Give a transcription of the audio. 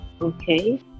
Okay